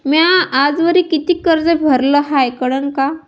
म्या आजवरी कितीक कर्ज भरलं हाय कळन का?